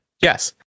yes